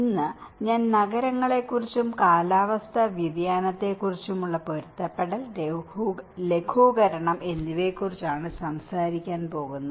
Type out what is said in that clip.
ഇന്ന് ഞാൻ നഗരങ്ങളെക്കുറിച്ചും കാലാവസ്ഥാ വ്യതിയാനത്തെക്കുറിച്ചും പൊരുത്തപ്പെടുത്തൽ ലഘൂകരണം എന്നിവയെക്കുറിച്ചുമാണ് സംസാരിക്കാൻ പോകുന്നത്